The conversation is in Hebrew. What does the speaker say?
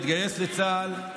התגייס לצה"ל,